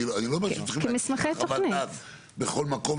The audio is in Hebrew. אני לא אומר שצריכים חוות דעת בכל מקום,